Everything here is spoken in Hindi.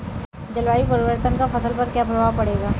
जलवायु परिवर्तन का फसल पर क्या प्रभाव पड़ेगा?